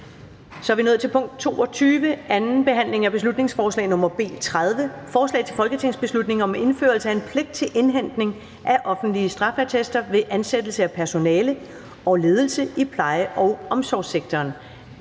på dagsordenen er: 22) 2. (sidste) behandling af beslutningsforslag nr. B 30: Forslag til folketingsbeslutning om indførelse af en pligt til indhentning af offentlige straffeattester ved ansættelse af personale og ledelse i pleje- og omsorgssektoren.